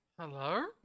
Hello